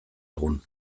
egun